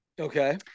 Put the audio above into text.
Okay